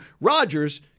Rodgers